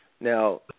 Now